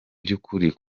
by’ukuri